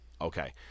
Okay